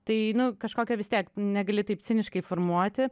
tai kažkokia vis tiek negali taip ciniškai formuoti